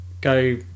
go